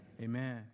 amen